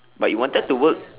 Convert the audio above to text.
but you wanted to work